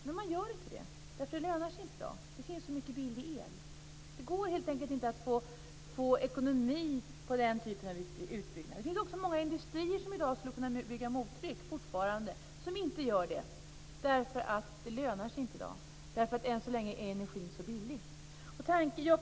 Men man gör inte det, eftersom det inte lönar sig i dag. Det finns så mycket billig el. Det går helt enkelt inte att få ekonomi i den typen av utbyggnad. Det finns också i dag fortfarande många industrier som skulle kunna bygga mottrycksaggregat men som inte gör det. Det lönar sig inte i dag, eftersom energin än så länge är så billig.